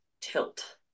tilt